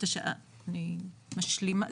אני משלימה.